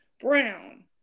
brown